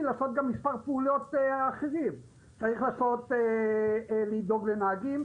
גם לעשות מספר פעולות: צריך לדאוג לנהגים,